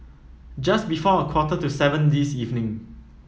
just before a quarter to seven this evening